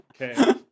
Okay